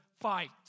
fight